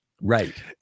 Right